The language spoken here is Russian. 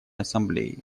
ассамблеи